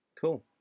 cool